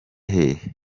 hehe